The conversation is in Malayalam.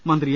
മന്ത്രി എ